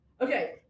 okay